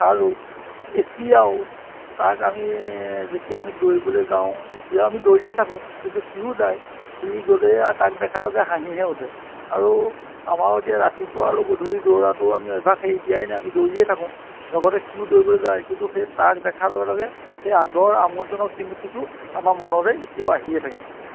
আৰু এতিয়াও তাক আমি যেতিয়া আমি দৌৰিবলৈ যাওঁ এতিয়াও আমি দৌৰিয়েই থাকোঁ কিন্তু সিও যায় সি গ'লেই তাক দেখাৰ লগে হাঁহিহে উঠে আৰু আমাৰো এতিয়া ৰাতিপুৱা আৰু গধূলি দৌৰাটো আমি অভ্যাস এৰি দিয়া নাই আমি দৌৰিয়েই থাকোঁ লগতে সিও দৌৰিবলৈ যায় কিন্তু সেই তাক দেখাৰ লগে লগে সেই আগৰ আমোদজনক স্মৃতিটো আমাৰ মনলৈ এতিয়াও আহিয়ে থাকে